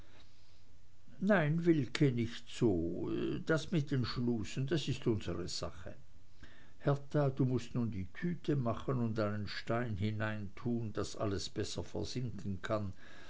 nein wilke nicht so das mit den schlusen das ist unsere sache hertha du mußt nun die tüte machen und einen stein hineintun daß alles besser versinken kann